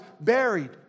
buried